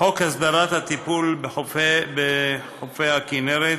חוק הסדרת הטיפול בחופי הכינרת,